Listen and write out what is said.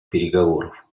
переговоров